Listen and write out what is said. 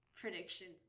predictions